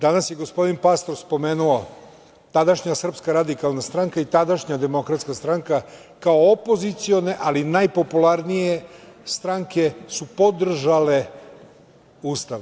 Danas je gospodin Pastor spomenuo, tadašnja SRS i tadašnja Demokratska stranka kao opozicione, ali najpopularnije stranke, su podržale Ustav.